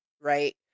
right